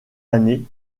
années